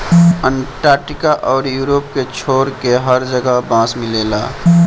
Antarctica अउरी Europe के छोड़के हर जगह बांस मिलेला